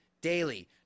daily